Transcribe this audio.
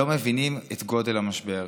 לא מבין את גודל המשבר.